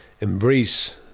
embrace